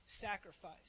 sacrifice